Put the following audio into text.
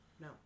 No